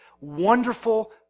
wonderful